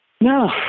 No